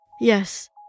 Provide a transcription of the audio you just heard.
Yes